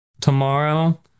tomorrow